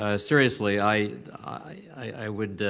ah seriously, i i would